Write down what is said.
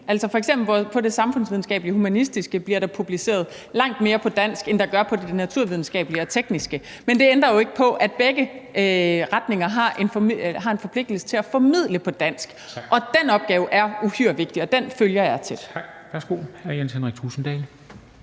Altså, f.eks. på det samfundsvidenskabelige og humanistiske område bliver der publiceret langt mere på dansk, end der gør på det naturvidenskabelige og tekniske. Men det ændrer jo ikke på, at begge retninger har en forpligtelse til at formidle på dansk. Den opgave er uhyre vigtig, og den følger jeg tæt. Kl. 14:20 Formanden (Henrik Dam